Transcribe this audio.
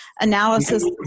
analysis